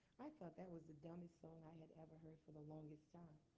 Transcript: i thought that was the dumbest song i had ever heard for the longest